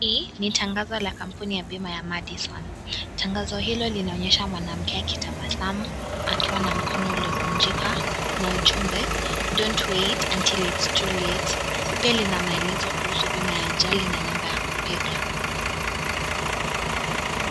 Hii ni tangazo ya kampuni ya Madison. Tangazo hilo linaonyesha mwanamke akitabasamu, akiwa mkono uliovunjika, na ujumbe don't wait until it's too late . Pia Kuna maelezo kuhusu bima la ajali na namba ya kupiga.